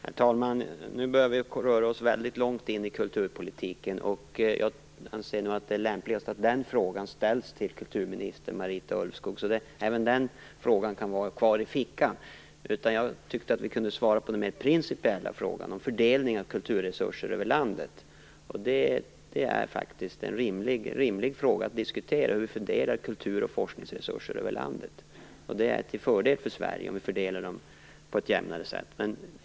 Herr talman! Nu börjar vi röra oss väldigt långt in i kulturpolitiken. Jag anser nog att det är lämpligast att den frågan ställs till kulturminister Marita Ulvskog. Även den frågan kan alltså vara kvar i fickan. Jag tyckte däremot att jag kunde svara på den mer principiella frågan om fördelning av kulturresurser över landet. Det är faktiskt en rimlig fråga att diskutera hur vi fördelar kultur och forskningsresurser över landet. Det är till fördel för Sverige om vi fördelar dem på ett jämnare sätt.